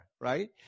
right